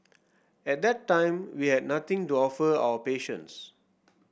at that time we had nothing to offer our patients